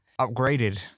upgraded